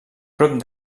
prop